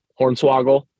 Hornswoggle